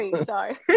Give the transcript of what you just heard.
sorry